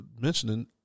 mentioning